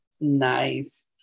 Nice